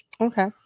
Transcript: Okay